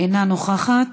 אינה נוכחת.